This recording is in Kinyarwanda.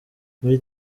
muri